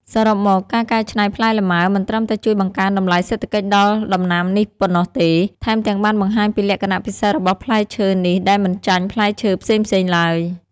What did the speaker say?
សរុបមក ការកែច្នៃផ្លែលម៉ើមិនត្រឹមតែជួយបង្កើនតម្លៃសេដ្ឋកិច្ចដល់ដំណាំនេះប៉ុណ្ណោះទេ ថែមទាំងបានបង្ហាញពីលក្ខណៈពិសេសរបស់ផ្លែឈើនេះដែលមិនចាញ់ផ្លែឈើផ្សេងៗឡើយ។